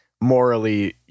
morally